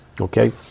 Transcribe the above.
okay